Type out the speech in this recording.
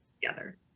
together